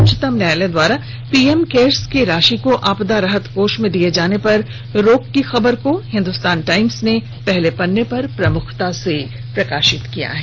उच्चतम न्यायालय द्वारा पीएम केयर्स की राशि को आपदा राहत कोष में दिये जाने पर रोक की खबर को हिन्दुस्तान टाईम्स ने पहले पन्ने पर प्रमुखता से प्रकाशित किया है